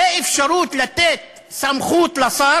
ואפשרות לתת סמכות לשר,